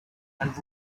and